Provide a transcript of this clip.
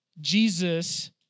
Jesus